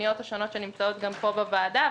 הפניות השונות שנמצאות גם פה בוועדה,